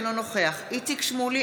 אינו נוכח איציק שמולי,